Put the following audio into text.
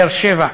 באר-שבע,